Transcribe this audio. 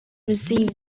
received